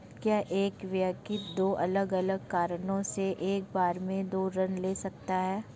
क्या एक व्यक्ति दो अलग अलग कारणों से एक बार में दो ऋण ले सकता है?